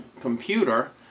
computer